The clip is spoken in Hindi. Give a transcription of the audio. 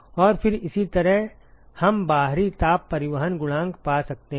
और फिर इसी तरह हम बाहरी ताप परिवहन गुणांक पा सकते हैं